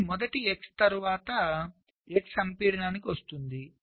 ఇది మొదట x తరువాత x సంపీడనానికి వస్తుంది